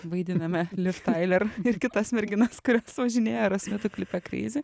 vaidiname liv tyler ir kitas merginas kurios važinėja aerosmitų klipe crazy